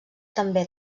també